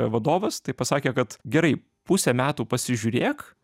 vadovas tai pasakė kad gerai pusę metų pasižiūrėk